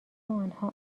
آنها